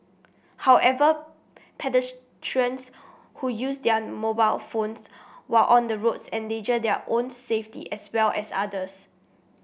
however pedestrians who use their mobile phones while on the roads endanger their own safety as well as others